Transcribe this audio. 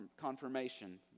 confirmation